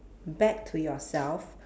back to yourself